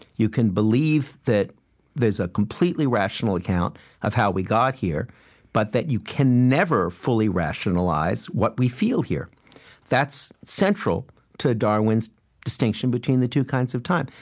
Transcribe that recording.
you can believe that there's a completely rational account of how we got here but that you can never fully rationalize what we feel here that's central to darwin's distinction between the two kinds of time.